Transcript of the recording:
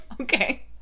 okay